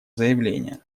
заявление